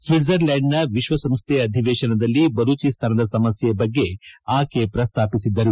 ಸ್ವಿಜರ್ಲ್ಯಾಂಡ್ನ ವಿಶ್ವಸಂಸ್ಥೆ ಅಧಿವೇಶನಯಲ್ಲಿ ಬಲೂಚಿಸ್ತಾನದ ಸಮಸ್ಯೆ ಬಗ್ಗೆ ಆಕೆ ಪ್ರಸ್ತಾಪಿಸಿದ್ದರು